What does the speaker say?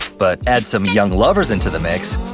but add some young lovers into the mix,